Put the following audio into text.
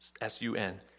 S-U-N